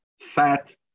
fat